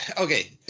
okay